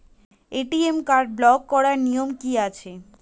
ATM card block করার নিয়ম কি আছে?